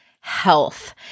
health